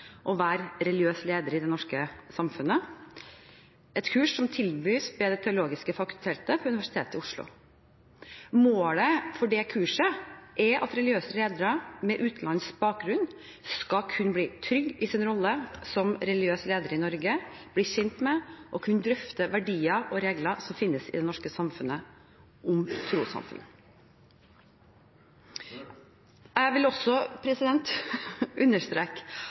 være religiøs leder i det norske samfunnet», et kurs som tilbys ved Det teologiske fakultet ved Universitetet i Oslo. Målet for kurset er at religiøse ledere med utenlandsk bakgrunn skal kunne bli trygge i sin rolle som religiøs leder i Norge, bli kjent med og kunne drøfte verdier og regler som finnes i det norske samfunnet, om trossamfunn. Jeg vil også understreke